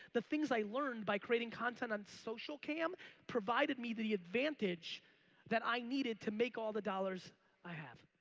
the things i learned by creating content on socialcam provided me the the advantage that i needed to make all the dollars i have.